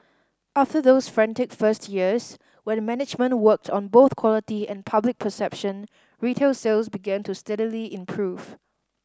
after those frantic first years when management worked on both quality and public perception retail sales began to steadily improve